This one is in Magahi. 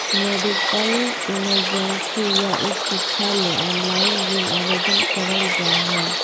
मेडिकल इमरजेंसी या उच्च शिक्षा ले ऑनलाइन ऋण आवेदन करल जा हय